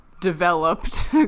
developed